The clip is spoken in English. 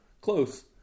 Close